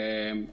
הבריאות?